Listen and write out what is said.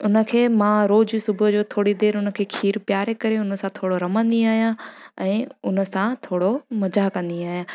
उन खे मां रोज़ु सुबुह जो थोरी देरि उन खे खीरु पीआरे करे उन सां थोरो रमंदी आहियां ऐं उन सां थोरो मज़ा कंदी आहियां